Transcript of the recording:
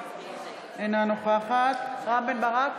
אינה נוכחת רם בן ברק,